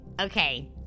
okay